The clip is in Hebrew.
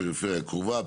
פריפריה קרובה,